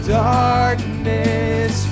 darkness